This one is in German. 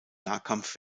nahkampf